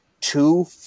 two